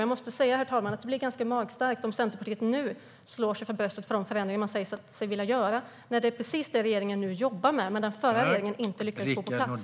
Jag måste säga, herr talman, att det blir ganska magstarkt om Centerpartiet nu slår sig för bröstet för de förändringar man säger sig vilja göra när det är precis det regeringen jobbar med. Det är sådant som den tidigare regeringen inte lyckades få på plats.